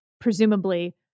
presumably